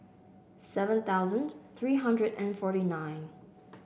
seven thousand three hundred and forty nine